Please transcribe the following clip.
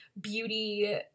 beauty